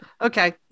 Okay